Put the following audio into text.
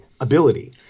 ability